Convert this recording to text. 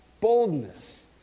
boldness